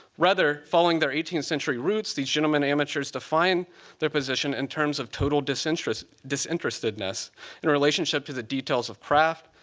rather, following their eighteenth century roots, these gentlemen amateurs defined their position in terms of total disinterestedness disinterestedness in relationship to the details of craft,